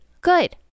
good